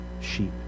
sheep